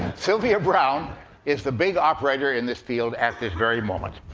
sylvia browne is the big operator in this field at this very moment.